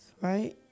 Right